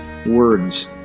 Words